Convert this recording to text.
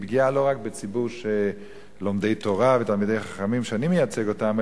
פגיעה לא רק בציבור של לומדי תורה ותלמידי חכמים שאני מייצג אותם,